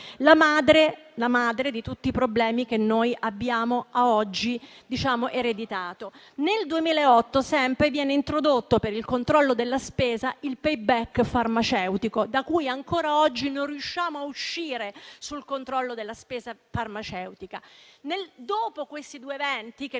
la madre di tutti i problemi che abbiamo ad oggi ereditato. Sempre nel 2008 viene introdotto, per il controllo della spesa, il *payback* farmaceutico, da cui ancora oggi non riusciamo a uscire, sul controllo della spesa farmaceutica. Questi due eventi non